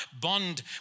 bond